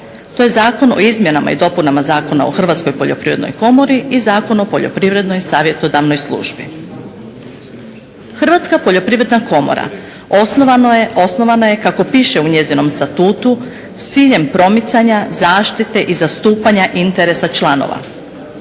To je Zakon o izmjenama i dopunama Zakona o Hrvatskoj poljoprivrednoj komori i Zakon o Poljoprivrednoj savjetodavnoj službi. Hrvatska poljoprivredna komora osnovana je kako piše u njezinom statutu s ciljem promicanja, zaštite i zastupanja interesa članova,